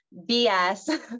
BS